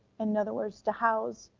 in other words to house,